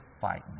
fighting